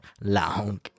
long